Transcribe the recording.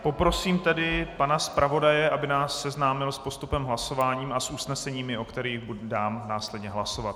Poprosím tedy pana zpravodaje, aby nás seznámil s postupem s hlasování a s usneseními, o kterých dám následně hlasovat.